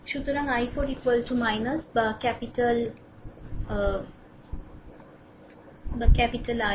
সুতরাং i4 বা I4 i4